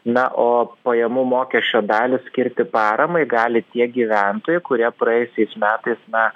na o pajamų mokesčio dalį skirti paramai gali tie gyventojai kurie praėjusiais metais na